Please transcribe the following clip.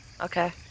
Okay